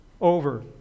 over